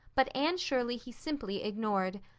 but anne shirley he simply ignored,